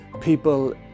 people